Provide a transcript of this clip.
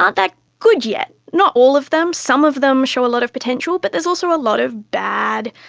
aren't that good yet. not all of them. some of them show a lot of potential, but there's also a lot of bad,